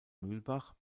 mühlbach